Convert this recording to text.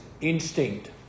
instinct